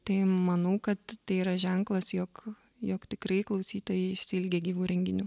tai manau kad tai yra ženklas jog jog tikrai klausytojai išsiilgę gyvų renginių